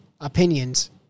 opinions